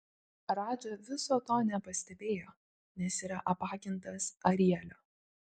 radža viso to nepastebėjo nes yra apakintas arielio